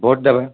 vote देबै